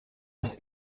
das